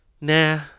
Nah